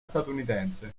statunitense